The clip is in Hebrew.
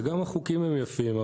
וגם החוקים הם יפים,